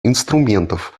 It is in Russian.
инструментов